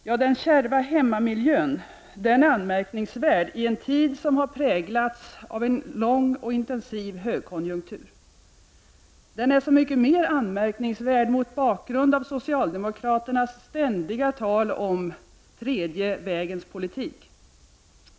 Ja, den ”kärva hemmamiljön”, den är anmärkningsvärd i en tid som har präglats av lång och intensiv högkonjunktur. Den är så mycket mer anmärkningsvärd mot bakgrund av socialdemokraternas ständiga tal om ”den tredje vägens politik”.